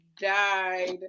died